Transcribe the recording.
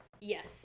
Yes